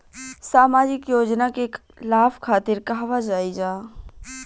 सामाजिक योजना के लाभ खातिर कहवा जाई जा?